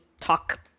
talk